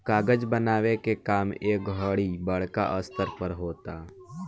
कागज बनावे के काम ए घड़ी बड़का स्तर पर होता